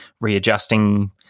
readjusting